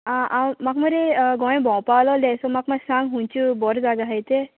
आं हांव म्हाका मुरे गोंय भोंवपा आसलोलें सो म्हाका मातशें सांग खुंयचे बोरे जागे आहाय तें